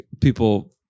people